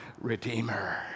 Redeemer